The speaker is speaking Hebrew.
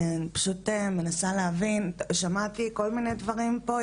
אני מנסה להבין שמעתי כל מיני דברים פה.